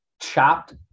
chopped